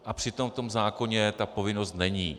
A přitom v tom zákoně ta povinnost není.